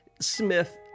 Smith